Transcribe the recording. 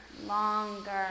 longer